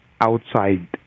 outside